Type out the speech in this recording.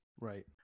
right